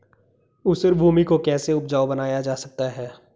ऊसर भूमि को कैसे उपजाऊ बनाया जा सकता है?